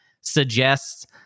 suggests